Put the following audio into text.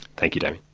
thank you damien.